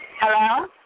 Hello